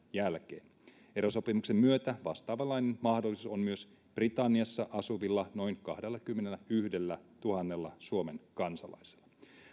jälkeen erosopimuksen myötä vastaavanlainen mahdollisuus on myös britanniassa asuvilla noin kahdellakymmenellätuhannella suomen kansalaisella